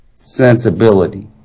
sensibility